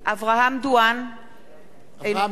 אינו נוכח